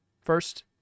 first